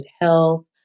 health